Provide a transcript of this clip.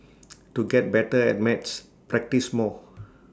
to get better at maths practise more